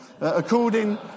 According